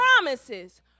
promises